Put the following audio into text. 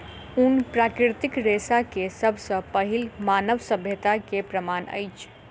ऊन प्राकृतिक रेशा के सब सॅ पहिल मानव सभ्यता के प्रमाण अछि